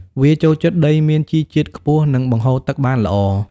វាចូលចិត្តដីមានជីជាតិខ្ពស់ និងបង្ហូរទឹកបានល្អ។